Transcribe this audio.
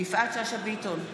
יפעת שאשא ביטון,